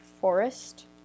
forest